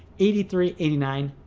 eighty three, eighty nine,